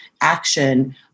action